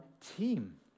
team